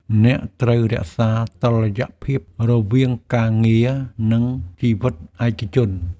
អ្នកត្រូវរក្សាតុល្យភាពរវាងការងារ និងជីវិតឯកជន ។